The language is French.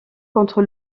contre